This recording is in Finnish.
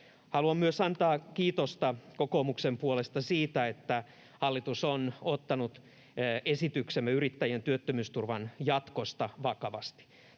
Haluan myös antaa kiitosta kokoomuksen puolesta siitä, että hallitus on ottanut esityksemme yrittäjien työttömyysturvan jatkosta vakavasti.